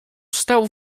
stał